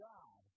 God